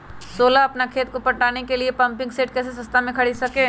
सोलह अपना खेत को पटाने के लिए पम्पिंग सेट कैसे सस्ता मे खरीद सके?